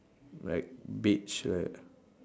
like beige right